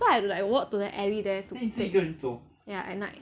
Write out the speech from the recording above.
so I like walk to the alley there to collect ya at night